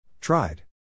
tried